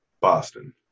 Boston